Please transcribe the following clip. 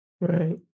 Right